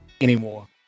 anymore